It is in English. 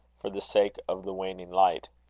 for the sake of the waning light.